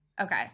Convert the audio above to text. Okay